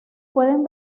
pueden